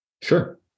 sure